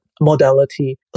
modality